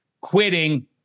quitting